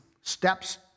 steps